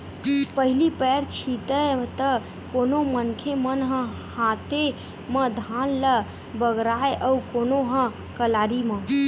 पहिली पैर छितय त कोनो मनखे मन ह हाते म धान ल बगराय अउ कोनो ह कलारी म